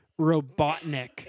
Robotnik